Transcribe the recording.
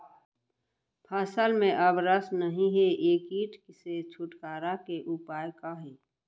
फसल में अब रस नही हे ये किट से छुटकारा के उपाय का हे?